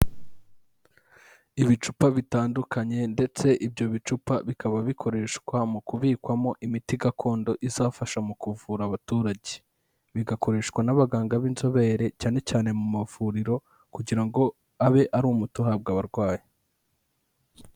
Ibicupa bitandukanye ndetse ibyo bicupa bikaba bikoreshwa mu kubikwamo imiti gakondo izafasha mu kuvura abaturage. Bigakoreshwa n'abaganga b'inzobere cyane cyane mu mavuriro kugira ngo abe ari umuti uhabwa abarwayi.